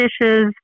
dishes